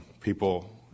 people